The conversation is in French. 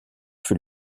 fut